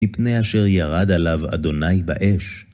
מפני אשר ירד עליו ה' באש.